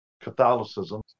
Catholicism